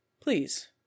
please